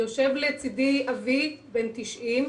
יושב לצידי אבי, בן 90,